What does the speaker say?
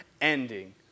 ending